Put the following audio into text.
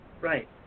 right